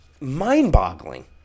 mind-boggling